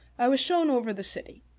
i was shown over the city,